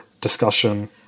discussion